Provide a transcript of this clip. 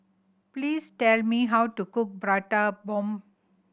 please tell me how to cook Prata Bomb